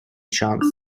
chance